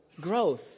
growth